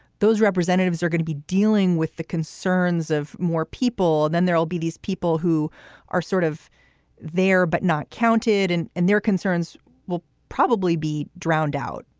those representatives are going to be dealing with the concerns of more people. and then there will be these people who are sort of there but not counted and and their concerns will probably be drowned out.